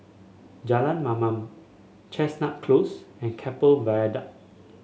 Jalan Mamam Chestnut Close and Keppel Viaduct